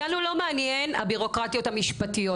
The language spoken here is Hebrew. אותנו זה לא מעניין הבירוקרטיות המשפטיות.